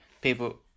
people